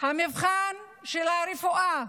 המבחן של הרפואה,